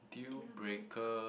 deal breaker